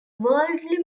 worldly